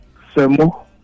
Semo